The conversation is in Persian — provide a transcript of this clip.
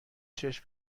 چشم